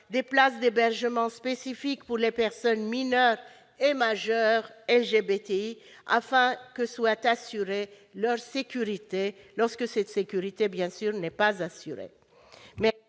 de places d'hébergement spécifiques pour les personnes mineures et majeures LGBTI, afin que soit assurée leur sécurité, lorsque celle-ci n'est pas garantie.